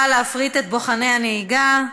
והבטיחות בדרכים להפריט את מבחני הנהיגה,